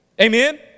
Amen